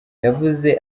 yavuze